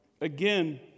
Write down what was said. again